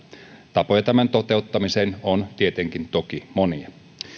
tapoja tämän toteuttamiseen on toki monia